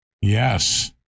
Yes